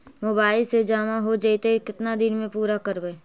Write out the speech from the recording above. Mobile से जामा हो जैतय, केतना दिन में पुरा करबैय?